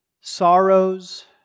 sorrows